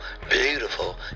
beautiful